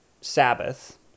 Sabbath